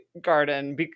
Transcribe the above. Garden